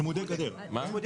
צמודי גדר.